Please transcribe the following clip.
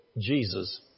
Jesus